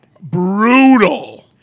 Brutal